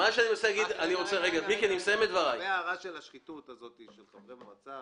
לגבי ההערה של שחיתות של חברי מועצה